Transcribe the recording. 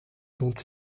dont